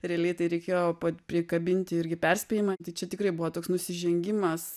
realiai tai reikėjo prikabinti irgi perspėjimą tai čia tikrai buvo toks nusižengimas